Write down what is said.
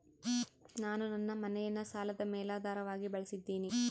ನಾನು ನನ್ನ ಮನೆಯನ್ನ ಸಾಲದ ಮೇಲಾಧಾರವಾಗಿ ಬಳಸಿದ್ದಿನಿ